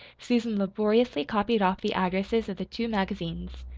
susan laboriously copied off the addresses of the two magazines,